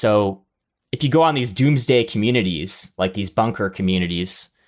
so if you go on these doomsday communities, like these bunker communities,